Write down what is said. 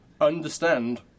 understand